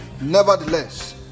Nevertheless